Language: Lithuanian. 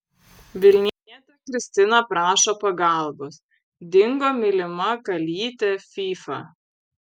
vilnietė kristina prašo pagalbos dingo mylima kalytė fyfa